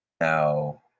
Now